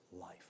life